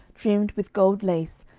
trimmed with gold lace,